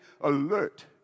alert